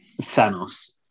Thanos